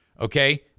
Okay